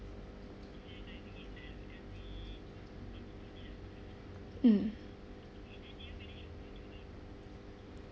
mm